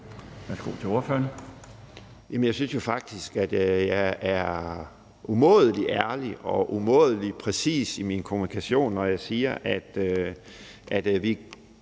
jeg synes jo faktisk, at jeg er umådelig ærlig og umådelig præcis i min kommunikation, når jeg siger, at vi